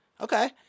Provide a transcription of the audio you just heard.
Okay